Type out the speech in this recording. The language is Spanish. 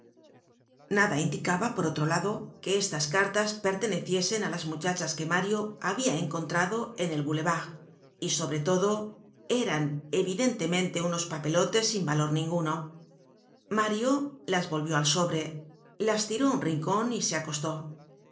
nada indicaba por otro lado que estas cartas perteneciesen á las muchachas que mario habia encontrado en el boulevard y sobre todo eran evidentemente unos papelotes sin valor ninguno mario las volvió al sobre las tiró á un rincon y se acostó